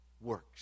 works